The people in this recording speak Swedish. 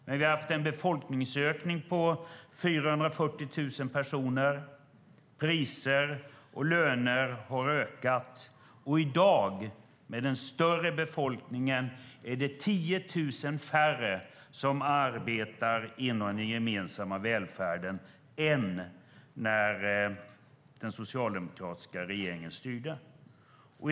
Men vi har haft en befolkningsökning på 440 000 personer, och priser och löner har ökat. I dag, med den större befolkningen, är det 10 000 färre som arbetar inom den gemensamma välfärden än när den socialdemokratiska regeringen styrde.